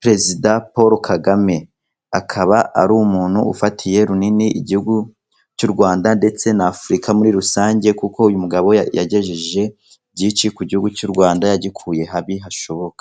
Perezida Paul Kagame. Akaba ari umuntu ufatiye runini Igihugu cy'u Rwanda ndetse na Afurika muri rusange, kuko uyu mugabo yagejeje byinshi ku Gihugu cy'u Rwanda. Yagikuye habi hashoboka.